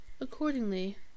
accordingly